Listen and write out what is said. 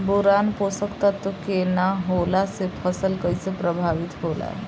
Boron पोषक तत्व के न होला से फसल कइसे प्रभावित होला?